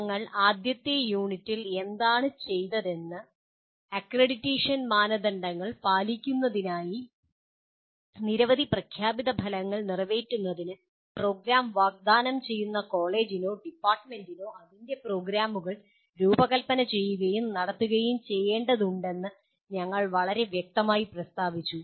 ഞങ്ങൾ ആദ്യത്തെ യൂണിറ്റിൽ എന്താണ് ചെയ്തതെന്ന് അക്രഡിറ്റേഷൻ മാനദണ്ഡങ്ങൾ പാലിക്കുന്നതിനായി നിരവധി പ്രഖ്യാപിത ഫലങ്ങൾ നിറവേറ്റുന്നതിന് പ്രോഗ്രാം വാഗ്ദാനം ചെയ്യുന്ന കോളേജിനോ ഡിപ്പാർട്ട്മെന്റിനോ അതിന്റെ പ്രോഗ്രാമുകൾ രൂപകൽപ്പന ചെയ്യുകയും നടത്തുകയും ചെയ്യേണ്ടതുണ്ടെന്ന് ഞങ്ങൾ വളരെ വ്യക്തമായി പ്രസ്താവിച്ചു